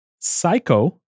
Psycho